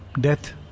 Death